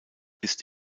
ist